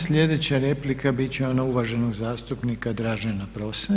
Sljedeća replika biti će ona uvaženog zastupnika Dražena prosa.